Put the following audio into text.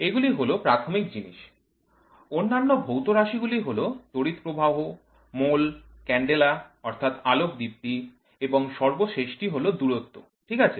এগুলি হল প্রাথমিক জিনিস অন্যান্য ভৌত রাশি গুলি হল তড়িৎ প্রবাহ মোল ক্যান্ডেলা অর্থাৎ আলোক দীপ্তি এবং সর্বশেষ টি হল দূরত্ব ঠিক আছে